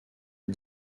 est